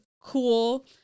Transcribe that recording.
cool